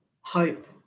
hope